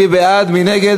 24 בעד, 45 נגד,